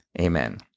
Amen